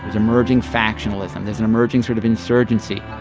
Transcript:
emerging factionalism. there's an emerging sort of insurgency